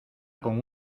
con